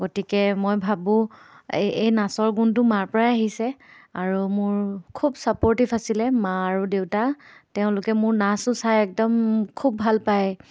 গতিকে মই ভাবোঁ এই এই নাচৰ গুণটো মাৰ পৰাই আহিছে আৰু মোৰ খুব ছাপ'ৰ্টিভ আছিলে মা আৰু দেউতা তেওঁলোকে মোৰ নাচটো চাই একদম খুব ভাল পায়